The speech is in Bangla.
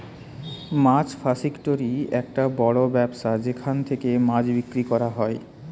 মাছ ফাসিকটোরি একটা অনেক বড় ব্যবসা যেখান থেকে মাছ বিক্রি করা হয়